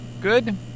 Good